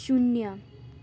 शून्य